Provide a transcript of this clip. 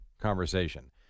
conversation